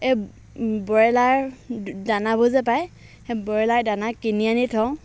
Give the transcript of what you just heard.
এই ব্ৰইলাৰ দা দানাবোৰ যে পায় সেই ব্ৰইলাৰ দানা কিনি আনি থওঁ